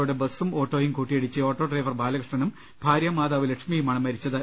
രോട് ബസും ഓട്ടോയും കൂട്ടിയിടിച്ച് ഓട്ടോ ഡ്രൈവർ ബാലകൃഷ്ണനും ഭാര്യാ മാതാവ് ലക്ഷ്മിയുമാണ് മരിച്ചത്